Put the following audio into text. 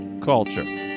Culture